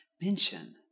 mention